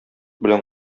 белән